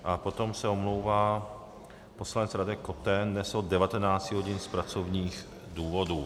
A potom se omlouvá poslanec Radek Koten dnes od 19 hodin z pracovních důvodů.